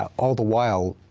ah all the while,